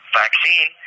vaccine